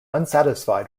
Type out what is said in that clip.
unsatisfied